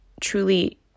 truly